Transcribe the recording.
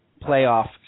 playoff